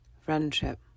friendship